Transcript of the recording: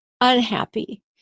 unhappy